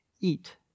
eat